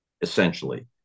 essentially